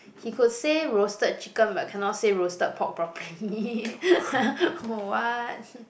he could say roasted chicken but cannot say roasted pork properly what